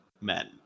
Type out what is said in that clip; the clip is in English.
men